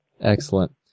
Excellent